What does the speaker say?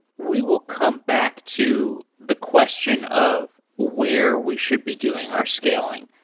we will come back to the question of where we should be doing our scaling.